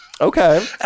Okay